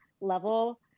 level